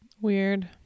weird